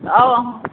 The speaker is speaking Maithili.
आउ अहाँ